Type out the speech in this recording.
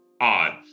odd